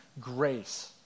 grace